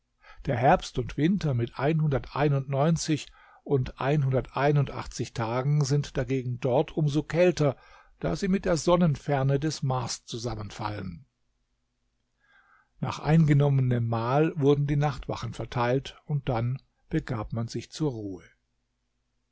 der herbst und winter mit und tagen sind dagegen dort um so kälter da sie mit der sonnenferne des mars zusammenfallen nach eingenommenem mahl wurden die nachtwachen verteilt und dann begab man sich zur ruhe